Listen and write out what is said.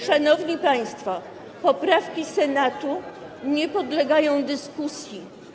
Szanowni państwo, poprawki Senatu nie podlegają dyskusji.